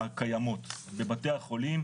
הקיימות בבתי החולים,